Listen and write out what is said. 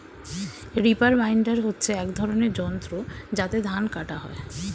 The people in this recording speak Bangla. রিপার বাইন্ডার হচ্ছে এক ধরনের যন্ত্র যাতে ধান কাটা হয়